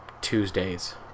Tuesdays